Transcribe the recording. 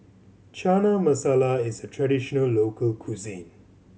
Chana Masala is a traditional local cuisine